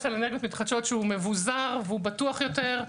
על אנרגיות מתחדשות שהוא מבוזר ובטוח יותר,